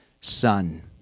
son